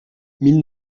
mille